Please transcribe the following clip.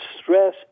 stress